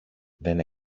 δεν